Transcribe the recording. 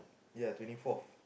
ya twenty fourth